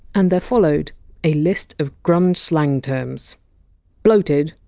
and there followed a list of grunge slang terms bloated,